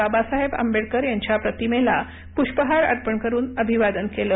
बाबासाहेब आंबेडकर यांच्या प्रतिमेस पुष्पहार अर्पण करून अभिवादन केलं